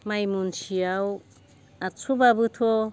माइ मनसेआव आतस'बाबोथ'